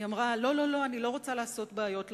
היא אמרה: לא, לא, אני לא רוצה לעשות בעיות לקבלן,